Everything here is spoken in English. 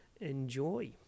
Enjoy